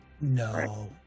No